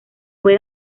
fue